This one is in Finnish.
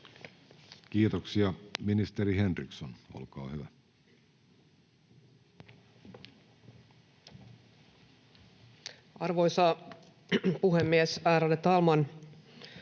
Kiitoksia. — Ministeri Henriksson, olkaa hyvä. Arvoisa puhemies, ärade talman!